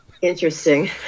Interesting